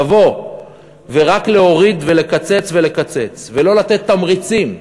לבוא ורק להוריד ולקצץ ולקצץ ולא לתת תמריצים,